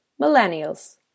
Millennials